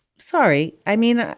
sorry. i mean,